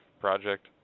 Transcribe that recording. project